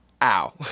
Ow